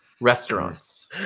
restaurants